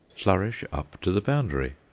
flourish up to the boundary.